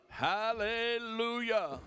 Hallelujah